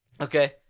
Okay